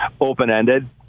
open-ended